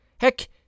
Heck